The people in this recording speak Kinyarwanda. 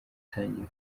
itangira